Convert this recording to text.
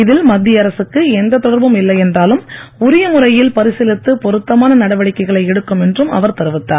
இதில் மத்திய அரசுக்கு எந்த தொடர்பும் இல்லை என்றாலும் உரிய முறையில் பரிசீலித்து பொருத்தமான நடவடிக்கைகளை எடுக்கும் என்று அவர் தெரிவித்தார்